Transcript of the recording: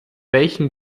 welchen